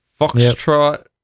Foxtrot